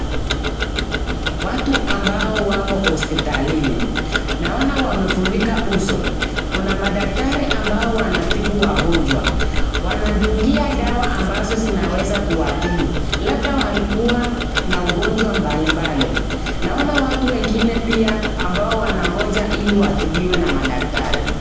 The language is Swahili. Watu ambao wamo hospitalini naona wamefunika uso kuna madaktari ambao wanatibu wagonjwa. Wanawadunga dawa ambazo zinaweza kuwatibu labda walikuwa na ugonjwa mbalimbali, naona watu wengine pia ambao wanangoja ili watibiwe na madaktari.